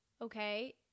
Okay